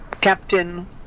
Captain